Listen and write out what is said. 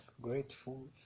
grateful